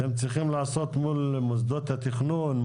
אתם צריכים לעשות מול מוסדות התכנון,